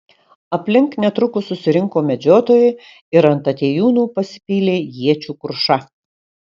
aplink netrukus susirinko medžiotojai ir ant atėjūnų pasipylė iečių kruša